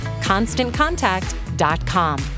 ConstantContact.com